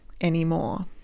anymore